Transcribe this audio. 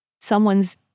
someone's